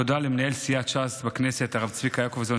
תודה למנהל סיעת ש"ס בכנסת הרב צביקה יעקבזון,